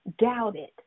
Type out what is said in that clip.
doubted